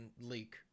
leak